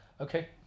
Okay